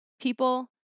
people